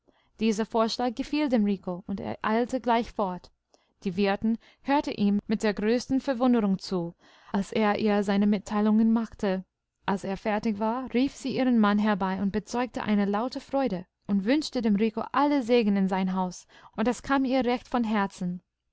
dieser vorschlag gefiel dem rico und er eilte gleich fort die wirtin hörte ihm mit der größten verwunderung zu als er ihr seine mitteilungen machte als er fertig war rief sie ihren mann herbei und bezeugte eine laute freude und wünschte dem rico allen segen in sein haus und es kam ihr recht von herzen